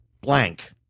blank